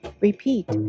Repeat